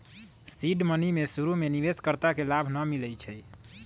seed money में शुरु में निवेश कर्ता के लाभ न मिलै छइ